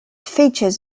features